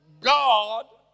God